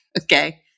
Okay